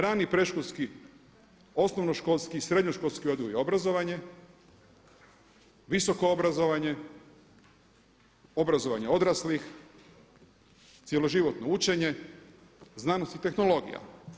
Rani predškolski, osnovnoškolski, srednjoškolski odgoj i obrazovanje, visoko obrazovanje, obrazovanje odraslih, cjeloživotno učenje, znanost i tehnologija.